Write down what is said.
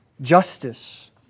justice